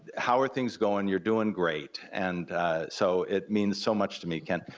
how are things going, you're doing great, and so it means so much to me, ken.